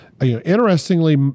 Interestingly